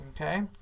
okay